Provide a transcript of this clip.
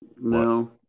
No